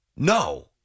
No